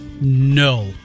No